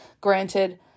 Granted